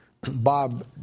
Bob